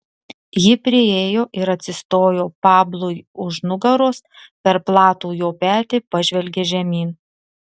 ji priėjo ir atsistojo pablui už nugaros per platų jo petį pažvelgė žemyn